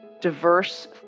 diverse